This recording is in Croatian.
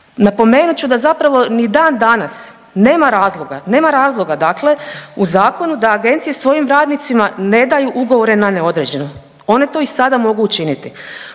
Napomenut ću da zapravo ni dan danas, nema razloga dakle u zakonu da agencije svojim radnicima ne daju ugovore na neodređeno. One to i sada mogu učiniti.